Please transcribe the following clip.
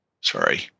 Sorry